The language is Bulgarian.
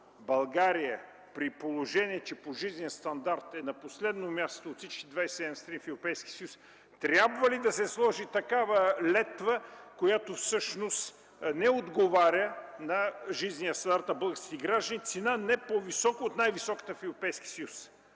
България, при положение че по жизнен стандарт е на последно място от всички 27 страни в Европейския съюз, трябва ли да се сложи летва, която не отговаря на жизнения стандарт на българските граждани – цена не по-висока от най-високата в Европейския съюз?!